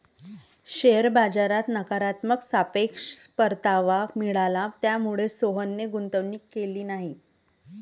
share बाजारात नकारात्मक सापेक्ष परतावा मिळाला, त्यामुळेच सोहनने गुंतवणूक केली नाही